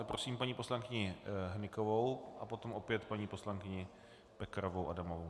Prosím paní poslankyni Hnykovou a potom opět paní poslankyni Pekarovou Adamovou.